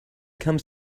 comes